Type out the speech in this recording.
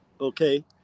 okay